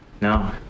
no